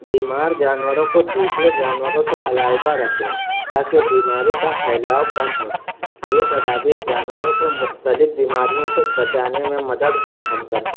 بیمار جانورں کو دوسرے جانوروں سے علاحدہ رکھے تاکہ بیماری کا پھیلاؤ کم ہو یہ تدابیر جانوروں کو مختلف بیماریوں سے بچانے میں مدد فراہم کرتی